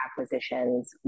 acquisitions